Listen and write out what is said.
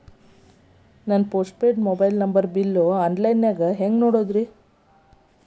ನನ್ನ postpaid mobile number bill, online ದಾಗ ಹ್ಯಾಂಗ್ ನೋಡೋದ್ರಿ?